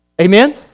Amen